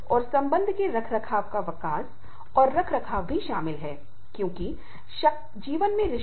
इसलिए हमें काम की माँगों के साथ साथ गैर काम की माँगों के लिए भी अपना समय ऊर्जा और पैसा प्रदान करके संसाधन की पूर्ति करनी है